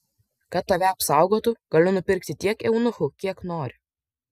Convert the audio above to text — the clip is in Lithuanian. kad tave apsaugotų galiu nupirki tiek eunuchų kiek nori